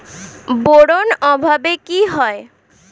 Boron অভাবে কি হয়?